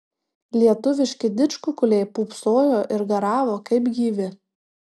lietuviški didžkukuliai pūpsojo ir garavo kaip gyvi